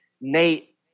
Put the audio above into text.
Nate